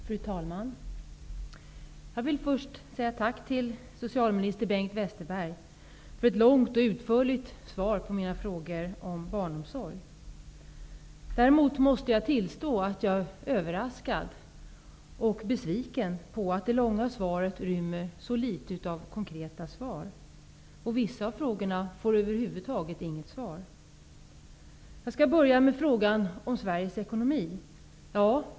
Fru talman! Jag vill först säga tack till socialminister Bengt Westerberg för ett långt och utförligt svar på mina frågor om barnomsorg. Däremot måste jag tillstå att jag är överraskad och besviken över att det långa svaret rymmer så litet av konkreta svar. Vissa av frågorna får över huvud taget inget svar. Jag skall börja med frågan om Sveriges ekonomi.